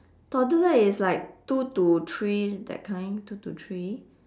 toddler is like two to three that kind two to three